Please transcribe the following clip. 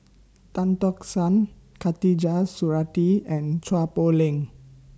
Tan Tock San Khatijah Surattee and Chua Poh Leng